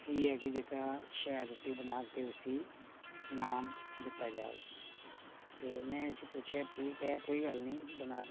इयै कि जेह्का शैल रुट्टी बनाग ते उसी ईनाम दित्ता जाह्ग ते में इसी पुच्छेआ ठीक ऐ कोई गल्ल निं बना दिन्ने आं